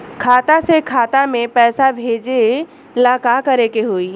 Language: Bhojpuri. खाता से खाता मे पैसा भेजे ला का करे के होई?